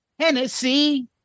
Tennessee